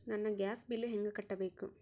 ನನ್ನ gas bill ಹೆಂಗ ಕಟ್ಟಬೇಕು?